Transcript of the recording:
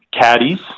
caddies